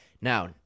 now